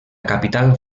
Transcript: capital